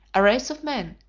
a race of men,